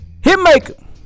Hitmaker